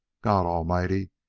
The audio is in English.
god almighty,